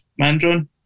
Mandron